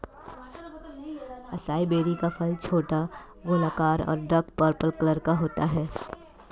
acai berry का फल छोटा, गोलाकार और डार्क पर्पल कलर का होता है